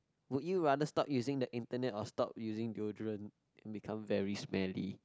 would you rather stop using the internet or stop using deodorant then become very smelly